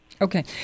Okay